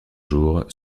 jour